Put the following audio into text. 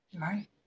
Right